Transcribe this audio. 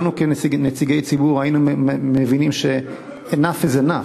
וכולנו כנציגי ציבור היינו מבינים ש-enough is enough,